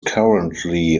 currently